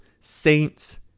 Saints